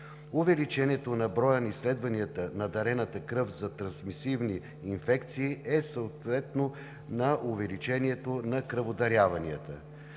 Увеличението на броя на изследванията на дарената кръв за трансмесивни инфекции е съответно на увеличението на кръводаряванията.